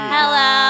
Hello